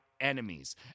enemies